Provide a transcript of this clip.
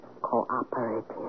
cooperative